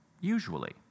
usually